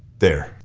there.